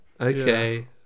okay